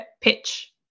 pitch